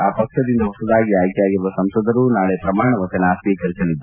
ಆ ಪಕ್ಷದಿಂದ ಹೊಸದಾಗಿ ಆಯ್ಲೆಯಾಗಿರುವ ಸಂಸದರು ನಾಳೆ ಪ್ರಮಾಣ ವಚನ ಸ್ವೀಕರಿಸಲಿದ್ದಾರೆ